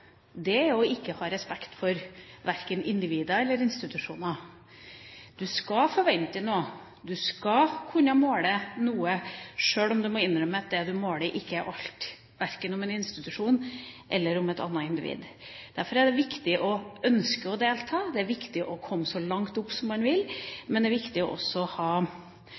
er å ikke ha respekt for verken individer eller institusjoner. Du skal forvente noe, du skal kunne måle noe sjøl om du må innrømme at det du måler, ikke er alt, verken om en institusjon eller om et annet individ. Derfor er det viktig å ønske å delta. Det er viktig å komme så langt opp man vil, men det er også viktig å ha